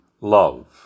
love